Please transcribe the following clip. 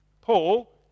Paul